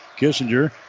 Kissinger